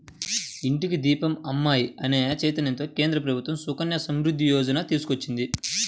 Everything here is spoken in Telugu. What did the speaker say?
ఇంటికి దీపం అమ్మాయి అనే చైతన్యంతో కేంద్ర ప్రభుత్వం సుకన్య సమృద్ధి యోజన తీసుకొచ్చింది